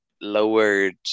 lowered